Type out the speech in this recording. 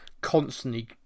constantly